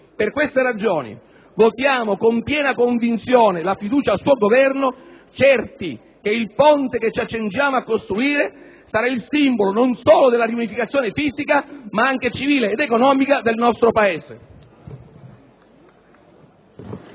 queste ragioni, votiamo con piena convinzione la fiducia al suo Governo, certi che il ponte che ci accingiamo a costruire sarà il simbolo non solo della riunificazione fisica, ma anche civile ed economica del nostro Paese.